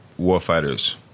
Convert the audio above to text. warfighters